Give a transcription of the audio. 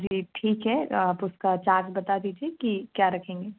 जी ठीक है आप उसका चार्ज बता दीजिए कि क्या रखेंगे